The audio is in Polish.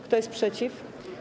Kto jest przeciw?